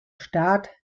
start